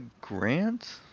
Grant